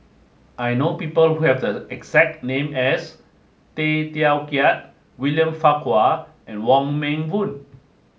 I know people who have the exact name as Tay Teow Kiat William Farquhar and Wong Meng Voon